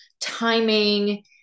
timing